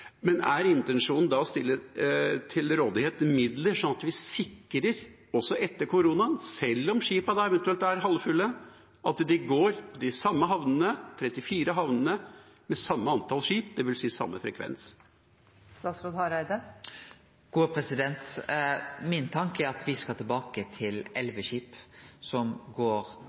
Er intensjonen da å stille til rådighet midler slik at vi sikrer – også etter koronaen, og selv om skipene da eventuelt er halvfulle – at de går til de samme 34 havnene, med samme antall skip, dvs. med samme frekvens? Min tanke er at me skal tilbake til elleve skip som går